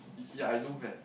y~ ya I know man